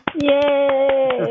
Yay